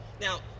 Now